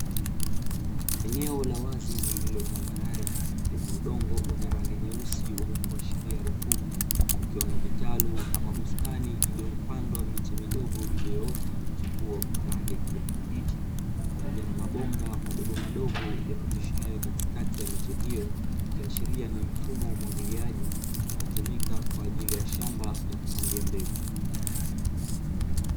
eneo la wazi lililo tambarare lenye udongo wenye rangi mweusi kuashiria rutuba ,kukiwa na vitalu ama bustani iliyopandwa miche midogo iliyoota na kuchupua kwa rangi ya kijani kibichi ,pamoja na mabomba madogomadogo yapitishayo katikati ya miche hiyo ikiashiria ni mfumo wa umwagiliaji unaotumika kwaajili ya shamba la kupandia mbegu.